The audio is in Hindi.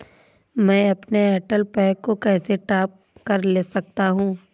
मैं अपने एयरटेल पैक को कैसे टॉप अप कर सकता हूँ?